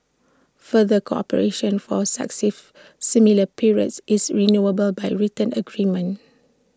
further cooperation for successive similar periods is renewable by written agreement